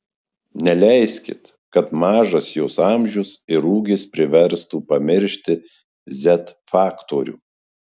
neleiskit kad mažas jos amžius ir ūgis priverstų pamiršti z faktorių